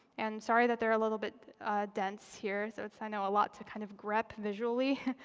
and sorry that they're a little bit dense here. so it's, i know, a lot to kind of grep visually.